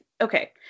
okay